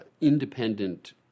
independent